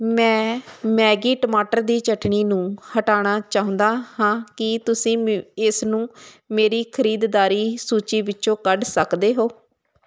ਮੈਂ ਮੈਗੀ ਟਮਾਟਰ ਦੀ ਚਟਨੀ ਨੂੰ ਹਟਾਉਣਾ ਚਾਹੁੰਦਾ ਹਾਂ ਕੀ ਤੁਸੀਂ ਮ ਇਸਨੂੰ ਮੇਰੀ ਖਰੀਦਦਾਰੀ ਸੂਚੀ ਵਿੱਚੋਂ ਕੱਢ ਸਕਦੇ ਹੋ